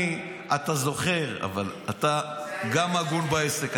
אני, אתה זוכר, אבל אתה גם הגון בעסק.